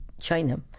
China